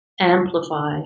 amplify